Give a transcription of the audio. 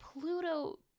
Pluto